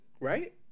right